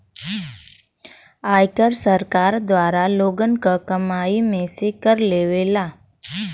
आयकर सरकार द्वारा लोगन क कमाई में से कर लेवला